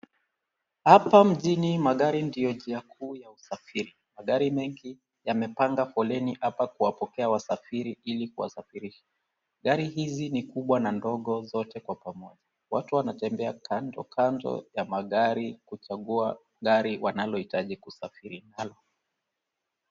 Hapa mjini magari ndio njia kuu ya usafiri. Magari mengi yamepanga foleni hapa kuwapokea wasafiri ili kuwasafirisha. Gari hizi ni kubwa na ndogo zote kwa pamoja. Watu wanatembea kando kando ya magari kuchagua gari wanalohitaji kusafiri nalo.